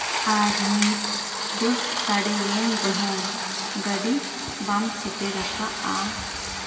ᱟᱨ ᱱᱤᱛ ᱫᱚᱥ ᱥᱟᱲᱮᱭᱮᱱ ᱨᱮᱦᱚᱸ ᱜᱟᱹᱰᱤ ᱵᱟᱢ ᱥᱮᱴᱮᱨᱟᱠᱟᱜᱼᱟ